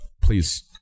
please